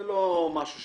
זה לא משהו שהוא